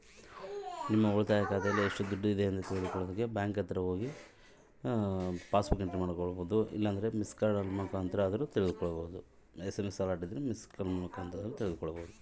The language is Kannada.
ನಮ್ಮ ಉಳಿತಾಯ ಖಾತೆಯಲ್ಲಿ ಎಷ್ಟು ದುಡ್ಡು ಇದೆ ಹೇಗೆ ತಿಳಿದುಕೊಳ್ಳಬೇಕು?